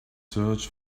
search